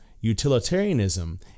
utilitarianism